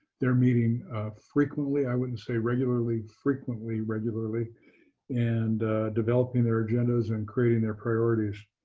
they're meeting frequently i wouldn't say regularly frequently regularly and developing their agendas and creating their priorities.